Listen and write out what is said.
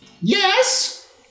Yes